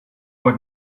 what